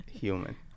human